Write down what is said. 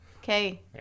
Okay